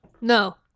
No